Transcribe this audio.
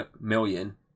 million